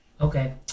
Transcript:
Okay